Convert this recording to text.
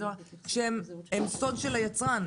שהם סוד של היצרן.